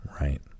right